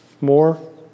more